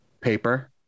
Paper